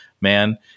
man